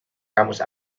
kamus